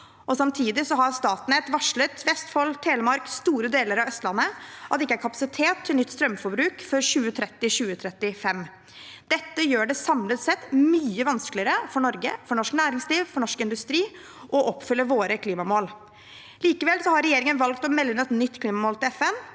Samtidig har Statnett varslet Vestfold, Telemark og store deler av Østlandet om at det ikke er kapa sitet til nytt strømforbruk før 2030–2035. Dette gjør det samlet sett mye vanskeligere for Norge, for norsk næringsliv og for norsk industri å oppfylle våre klimamål. Likevel har regjeringen valgt å melde inn et nytt klimamål til FN,